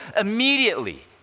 immediately